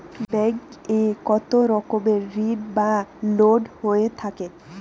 Bank এ কত রকমের ঋণ বা লোন হয়ে থাকে?